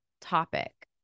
topic